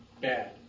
bad